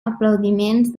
aplaudiments